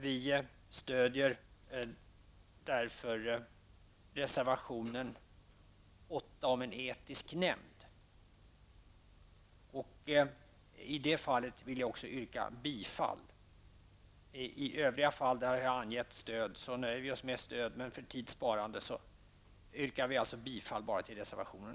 Vi i miljöpartiet yrkar alltså bifall till reservation 8 Beträffande övriga reservationer har jag för tids vinnande nöjt mig med att uttala mitt stöd för dem.